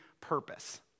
purpose